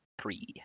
three